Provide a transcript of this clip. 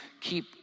keep